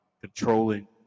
controlling